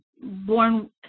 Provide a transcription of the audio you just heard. born